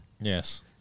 Yes